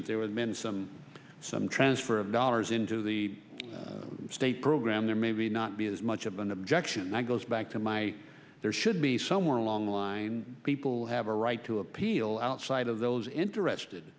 there was many some some transfer of dollars into the state program there may be not be as much of an objection that goes back to my there should be somewhere along the line people have a right to appeal outside of those